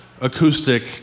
acoustic